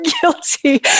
guilty